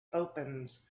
opens